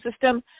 system